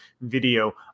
video